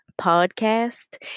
podcast